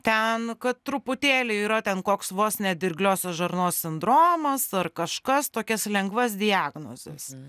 ten kad truputėlį yra ten koks vos ne dirgliosios žarnos sindromas ar kažkas tokias lengvas diagnozes